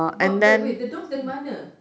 but but wait the dogs dari mana